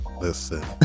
Listen